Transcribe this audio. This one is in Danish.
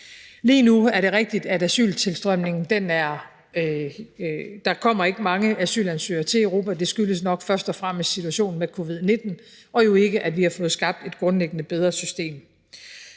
Lige nu er det rigtigt i forhold til asyltilstrømningen, at der ikke kommer mange asylansøgere til Europa. Det skyldes nok først og fremmest situationen med covid-19 – og jo ikke, at vi har skabt et grundlæggende bedre system.